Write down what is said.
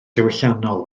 diwylliannol